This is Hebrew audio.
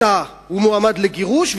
הוא מועמד לגירוש,